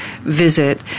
visit